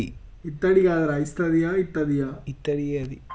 బ్యాంకులు ఎట్లాంటి అప్పులు ఇత్తది?